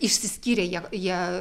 išsiskyrė jie jie